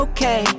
Okay